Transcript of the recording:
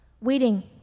waiting